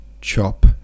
chop